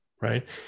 Right